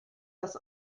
das